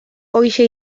horixe